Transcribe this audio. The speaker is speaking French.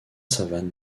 savane